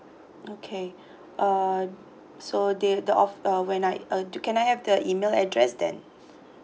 okay uh so they the of~ uh when I uh do can I have the email address then